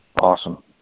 Awesome